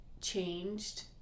changed